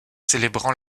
célébrant